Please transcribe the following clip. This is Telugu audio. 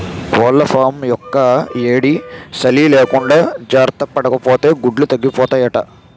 కోళ్లఫాంలో యెక్కుయేడీ, సలీ లేకుండా జార్తపడాపోతే గుడ్లు తగ్గిపోతాయట